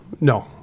no